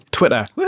twitter